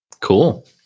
Cool